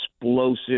explosive